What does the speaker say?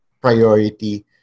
priority